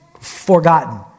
forgotten